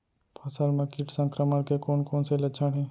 फसल म किट संक्रमण के कोन कोन से लक्षण हे?